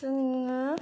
जोङो